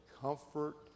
comfort